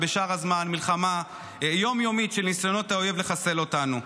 ובשאר הזמן מלחמה יום-יומית של ניסיונות האויב לחסל אותנו.